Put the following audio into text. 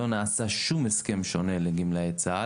לא נעשה שום הסכם שונה לגמלאי צה"ל,